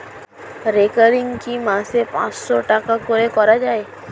Recurring কি মাসে পাঁচশ টাকা করে করা যায়?